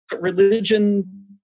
religion